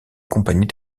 compagnie